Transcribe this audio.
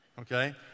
okay